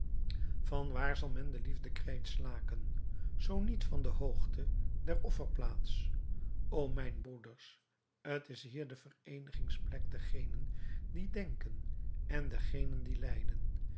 van waar zal men den liefdekreet slaken zoo niet van de hoogte der offerplaats o mijn broeders t is hier de vereenigingsplek dergenen die denken en dergenen die lijden